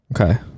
Okay